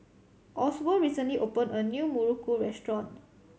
Oswald recently opened a new muruku restaurant